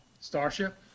Starship